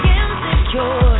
insecure